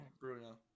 Bruno